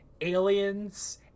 aliens